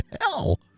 hell